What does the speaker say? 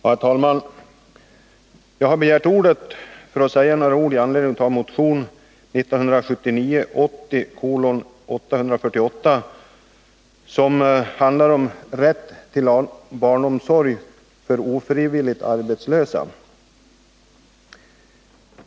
Herr talman! Jag har begärt ordet för att anföra några synpunkter i anledning av motion 1979/80:848, som handlar om rätt till barnomsorg för ofrivilligt arbetslösa.